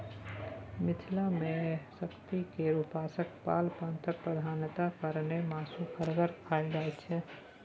मिथिला मे शक्ति केर उपासक बला पंथक प्रधानता कारणेँ मासु घर घर मे खाएल जाइत छै